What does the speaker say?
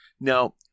Now